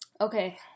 Okay